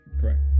Correct